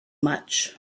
much